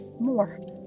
more